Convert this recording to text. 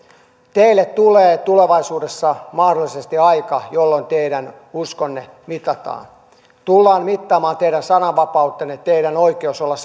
teille tulee tulevaisuudessa mahdollisesti aika jolloin teidän uskonne mitataan tullaan mittaamaan teidän sananvapautenne teidän oikeutenne olla